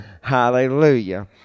Hallelujah